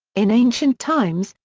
in ancient times,